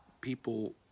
people